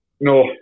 No